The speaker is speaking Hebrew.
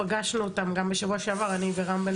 פגשנו אותם גם בשבוע שעבר אני ורם בן